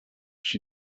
she